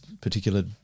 particular